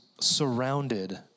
surrounded